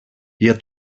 για